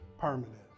permanent